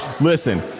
Listen